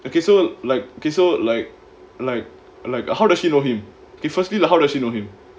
okay so like okay so like like like how does she know him okay firstly the how does she know him